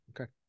Okay